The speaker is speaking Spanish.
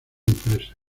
empresas